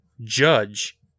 Judge